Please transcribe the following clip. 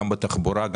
גם בתחבורה,